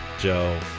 Joe